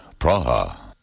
Praha